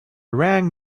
rang